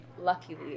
Luckily